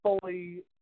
fully